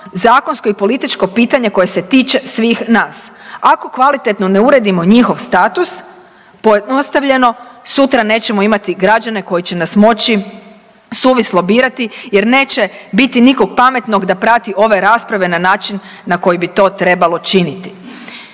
zakonsko i političko pitanje koje se tiče svih nas. Ako kvalitetno ne uredimo njihov status pojednostavljeno sutra nećemo imati građane koji će nas moći suvislo birati jer neće biti nikog pametnog da prati ove rasprave na način na koji bi to trebalo činiti.